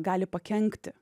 gali pakenkti